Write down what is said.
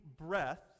breath